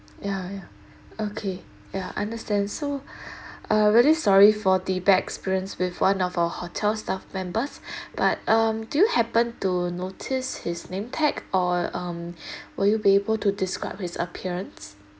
ya ya okay ya understand so uh very sorry for the bad experience with one of our hotel staff members but um do you happen to notice his name tag or um will you be able to describe his appearance